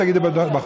תגידי בחוק הבא.